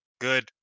good